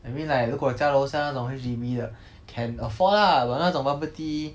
I mean like 如果家楼下那种 H_D_B 的 can afford lah but 那种 bubble tea